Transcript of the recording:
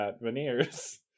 veneers